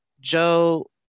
Joe